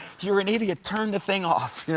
you're an idiot. turn the thing off. yeah